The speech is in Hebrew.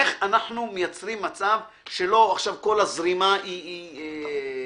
איך אנחנו מייצרים מצב שלא כל הזרימה היא פנימה.